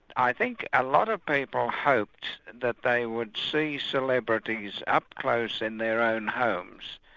i think a lot of people hoped that they would see celebrities up close in their own homes,